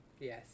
Yes